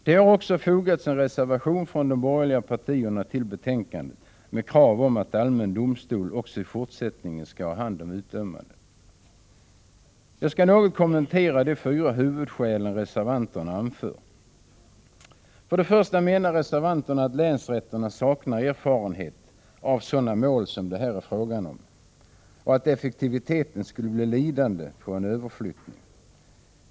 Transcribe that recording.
Det har också fogats en reservation från de borgerliga partierna till betänkandet med krav på att allmän domstol också i fortsättningen skall ta hand om utdömandet. Jag skall något kommentera de fyra huvudskäl reservanterna anför. För det första: Reservanterna menar att länsrätterna saknar erfarenhet av sådana mål som det här är frågan om och att effektiviteten skulle bli lidande på en överflyttning.